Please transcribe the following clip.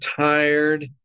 tired